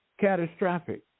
catastrophic